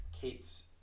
Kate's